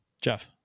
Jeff